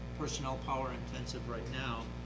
personal power intensive right now,